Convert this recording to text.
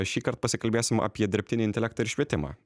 šįkart pasikalbėsim apie dirbtinį intelektą ir švietimą